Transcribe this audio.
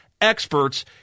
experts